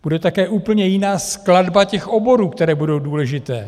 Bude také úplně jiná skladba těch oborů, které budou důležité.